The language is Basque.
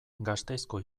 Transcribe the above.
gasteizko